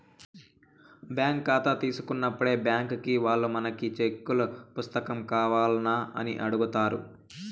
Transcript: bank కాతా తీసుకున్నప్పుడే బ్యాంకీ వాల్లు మనకి సెక్కుల పుస్తకం కావాల్నా అని అడుగుతారు